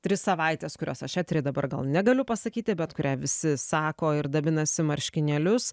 tris savaites kurios aš eteryje dabar gal negaliu pasakyti bet kurią visi sako ir dabinasi marškinėlius